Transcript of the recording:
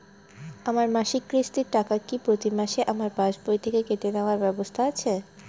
আমার মাসিক কিস্তির টাকা কি প্রতিমাসে আমার পাসবুক থেকে কেটে নেবার ব্যবস্থা আছে?